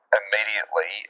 immediately